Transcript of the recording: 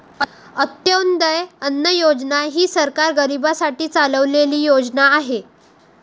अंत्योदय अन्न योजना ही सरकार गरीबांसाठी चालवलेली योजना आहे